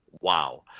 Wow